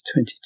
2022